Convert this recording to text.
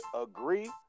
agree